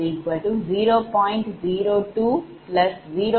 0210